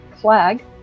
flag